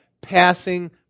passing